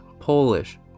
Polish